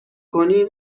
کنیم